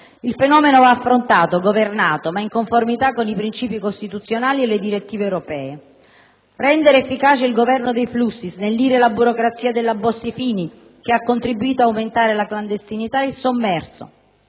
Il fenomeno va affrontato, governato, ma in conformità con i princìpi costituzionali e le direttive europee. Rendere efficace il governo dei flussi, snellire la burocrazia della cosiddetta legge Bossi-Fini, che ha contribuito ad aumentare la clandestinità e il sommerso: